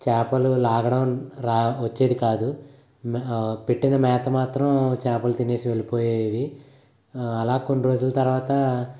చేపలు లాగడం రా వచ్చేది కాదు మే పెట్టిన మేత మాత్రం చేపలు తిని వెళ్ళిపోయేవి అలా కొన్ని రోజుల తరవాత